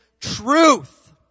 truth